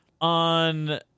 on